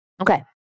Okay